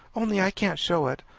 only i can't show it.